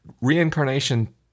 reincarnation